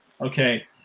okay